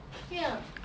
ya